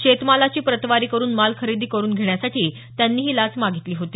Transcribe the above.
शेतमालाची प्रतवारी करून माल खरेदी करून घेण्यासाठी त्यांनी ही लाच मागितली होती